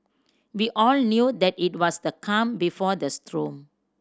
we all knew that it was the calm before the storm